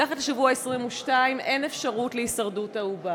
מתחת לשבוע ה-22 אין אפשרות להישרדות העובר.